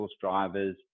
drivers